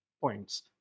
points